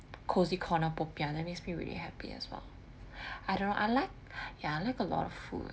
cozy corner popiah that makes me really happy as well I don't I like ya like a lot of food